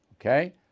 Okay